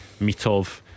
Mitov